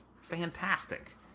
fantastic